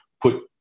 put